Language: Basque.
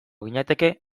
ginateke